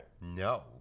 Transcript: no